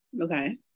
Okay